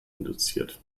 induziert